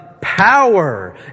power